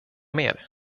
mer